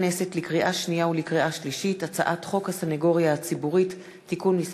לקריאה שנייה ולקריאה שלישית: הצעת חוק הסנגוריה הציבורית (תיקון מס'